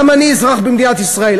גם אני אזרח במדינת ישראל,